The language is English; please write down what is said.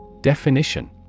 Definition